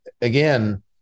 again